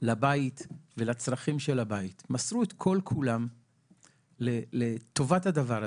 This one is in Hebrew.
לבית ולצרכים של הבית מסרו את כל-כולם לטובת הדבר הזה.